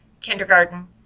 kindergarten